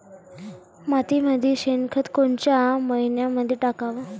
मातीमंदी शेणखत कोनच्या मइन्यामंधी टाकाव?